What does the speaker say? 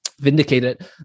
vindicated